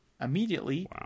immediately